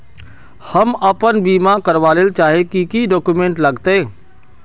हम अपन बीमा करावेल चाहिए की की डक्यूमेंट्स लगते है?